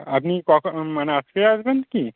আপনি কখন মানে আজকেই আসবেন কি